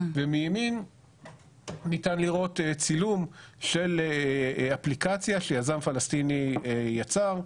מימין ניתן לראות צילום של אפליקציה שיזם פלסטיני יצר,